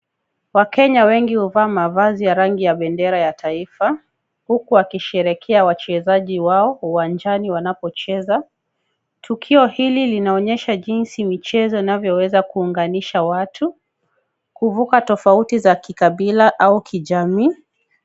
Wakenya wengi huvaa mavazi ya rangi ya bendera ya taifa huku wakisherehekea wachezajii wao uwanjani wanapocheza. Tukio hili linaonyesha jinsi michezo inavyoweza kuunganisha watu, kuvuka tofauti za kikabila au kijamii.